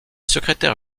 secrétaire